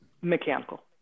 mechanical